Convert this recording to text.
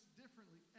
differently